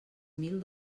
mil